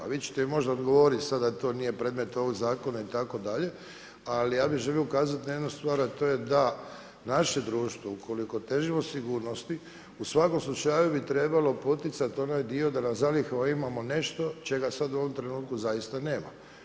Vi ćete mi možda odgovoriti sada da to nije predmet ovog Zakona itd., ali ja bih želio ukazati na jednu stvar, a to je da naše društvo ukoliko težimo sigurnosti, u svakom slučaju bi trebalo poticati onaj dio da na zalihama imamo nešto čega sad u ovom trenutku zaista nema.